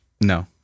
No